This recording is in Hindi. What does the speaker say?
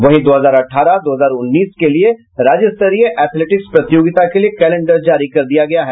वहीं दो हजार अठारह उन्नीस के लिए राज्यस्तारीय एथेलेटिक्स प्रतियोगिता का कैलेन्डर जारी कर दिया गया है